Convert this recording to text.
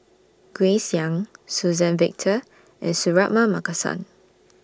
Grace Young Suzann Victor and Suratman Markasan